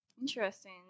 Interesting